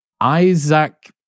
Isaac